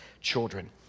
children